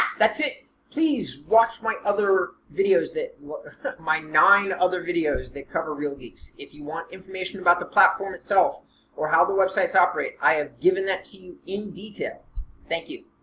that's it please watch my other videos that my nine other videos that cover real geeks. if you want information about the platform itself or how the websites operate i have given that to you in detail thank you.